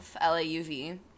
L-A-U-V